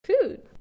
food